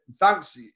thanks